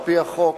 על-פי החוק,